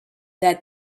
that